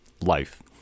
life